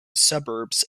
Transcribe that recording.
suburbs